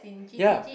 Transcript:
ya